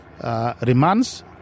remands